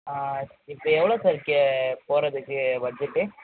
இப்போ எவ்வளோ சார் கே போகிறத்துக்கு பட்ஜெட்டு